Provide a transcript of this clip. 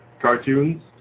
cartoons